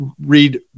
read